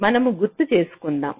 మనము గుర్తు చేసుకుందాం